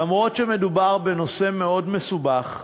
אף-על-פי שמדובר בנושא מאוד מסובך,